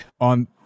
on